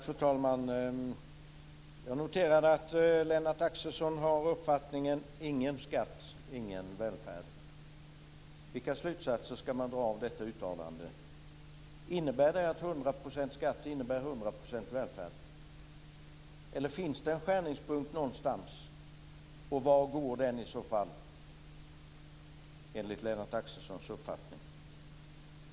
Fru talman! Jag noterade att Lennart Axelssons har uppfattningen: Ingen skatt, ingen välfärd. Vilka slutsatser ska man dra av detta uttalande? Innebär det att 100 % skatt innebär 100 % välfärd? Eller finns det en skärningspunkt någonstans? Var går den i så fall, enligt Lennart Axelssons uppfattning?